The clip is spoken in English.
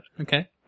Okay